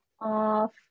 off